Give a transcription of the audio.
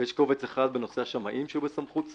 ויש לנו קובץ אחד בנושא השמאים שהם בסמכות שר.